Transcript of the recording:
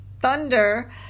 thunder